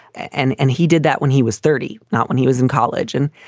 and and he did that when he was thirty. not when he was in college. and